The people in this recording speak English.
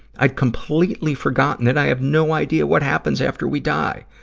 i completely forgotten that i have no idea what happens after we die.